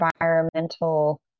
environmental